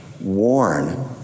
warn